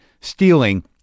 stealing